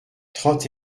trente